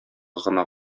гына